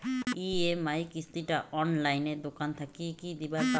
EMI কিস্তি টা অনলাইনে দোকান থাকি কি দিবার পাম?